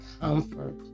comfort